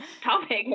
topic